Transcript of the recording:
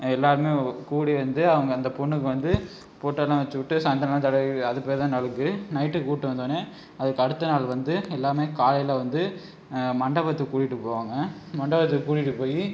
எல்லாருமே கூடி வந்து அவங்க அந்த பொண்ணுக்கு வந்து பொட்டு எல்லாம் வச்சுவிட்டு சந்தனல்லாம் தடவி அதுக்கு பேர் தான் நலங்கு நைட்டுக்கு கூப்பிட்டு வந்தவொன்னேயே அதுக்கடுத்த நாள் வந்து எல்லாருமே காலையில் வந்து மண்டபத்துக்கு கூட்டிகிட்டு போவாங்க மண்டபத்துக்கு கூட்டிகிட்டு போய்